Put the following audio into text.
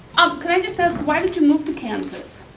um can i just ask, why did you move to kansas?